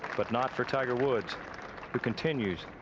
but not for tiger. woods who continues